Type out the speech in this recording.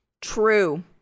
True